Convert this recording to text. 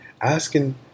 asking